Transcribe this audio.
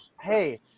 Hey